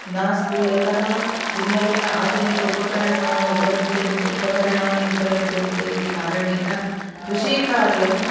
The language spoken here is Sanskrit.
नास्ति यतः भिन्नभिन्न आधुनिक उपकरणाः उपलभ्यन्ते उपकरणानि उपलभ्यन्ते इति कारणेन कृषिकार्यम्